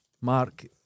Mark